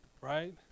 Right